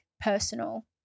personal